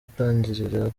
atangirira